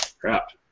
crap